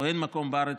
או אין מקום בארץ,